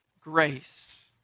grace